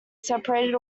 separated